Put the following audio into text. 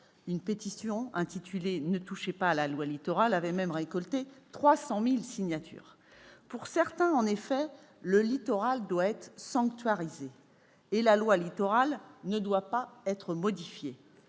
une pétition intitulée « Ne touchez pas à la loi Littoral » avait même récolté 300 000 signatures. Pour certains, en effet, le littoral doit être sanctuarisé et la loi Littoral ne doit pas être modifiée.